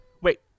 Wait